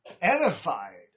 edified